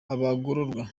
abagororwa